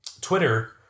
Twitter